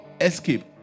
escape